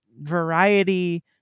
Variety